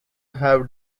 have